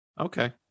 Okay